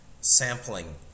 sampling